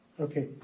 Okay